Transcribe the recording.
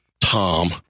Tom